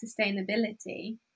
sustainability